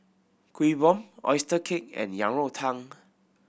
Kuih Bom oyster cake and Yang Rou Tang